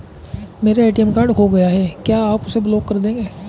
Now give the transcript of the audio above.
मेरा ATM card खो गया है क्या आप उसे ब्लॉक कर देंगे?